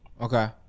Okay